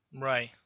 Right